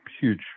huge